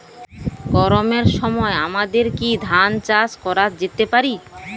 গরমের সময় আমাদের কি ধান চাষ করা যেতে পারি?